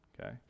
okay